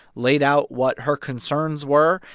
laid out what her concerns were,